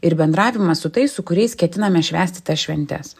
ir bendravimas su tais su kuriais ketiname švęsti tas šventes